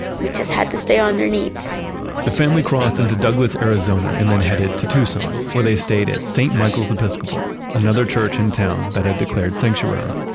we just had to stay underneath the family crossed into douglas, arizona and then headed to tucson where they stayed at st. michael's episcopal, another church in town that had declared sanctuary.